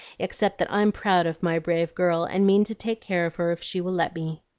except that i'm proud of my brave girl, and mean to take care of her if she will let me.